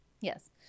Yes